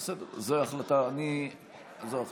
זו החלטה שלכם.